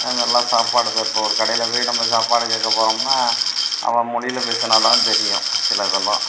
நல்லா சாப்பாடு இப்போது ஒரு கடையில் போய் நம்ம சாப்பாடு கேட்க போறோம்னா அவன் மொழியில் பேசினாதான் தெரியும் சிலதெல்லாம்